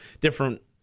different